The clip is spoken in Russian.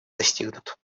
достигнут